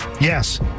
Yes